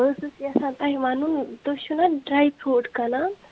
بہٕ ٲسٕس یژھان تۄہہ ونُن تُہۍ چھُو نا ڈراےٛ فروٗٹ کٕنان